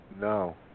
No